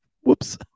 Whoops